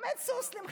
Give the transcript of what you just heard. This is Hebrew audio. עומד סוס למכירה,